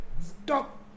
Stop